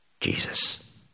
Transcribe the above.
Jesus